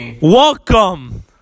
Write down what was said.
Welcome